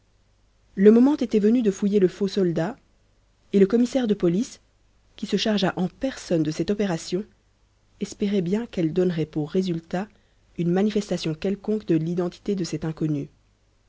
le moment était venu de fouiller le faux soldat et le commissaire de police qui se chargea en personne de cette opération espérait bien qu'elle donnerait pour résultat une manifestation quelconque de l'identité de cet inconnu